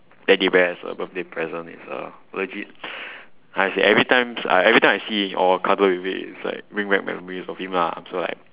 teddy bear as a birthday present is a legit how to say every times I every time I see it or cuddle with it its like brings back memory of him lah so like